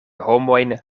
homojn